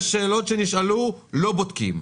יש שאלות שנשאלו, לא בודקים.